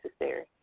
necessary